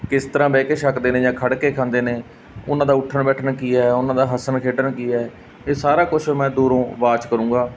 ਕਿਸ ਤਰ੍ਹਾਂ ਬਹਿ ਕੇ ਛਕਦੇ ਨੇ ਜਾਂ ਖੜ ਕੇ ਖਾਂਦੇ ਨੇ ਉਹਨਾਂ ਦਾ ਉੱਠਣ ਬੈਠਣ ਕੀ ਹੈ ਉਹਨਾਂ ਦਾ ਹੱਸਣ ਖੇਡਣ ਕੀ ਹੈ ਇਹ ਸਾਰਾ ਕੁਛ ਮੈਂ ਦੂਰੋਂ ਵਾਚ ਕਰੂੰਗਾ